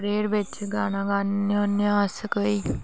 prayer बिच गाना गान्ने होन्ने अस कोई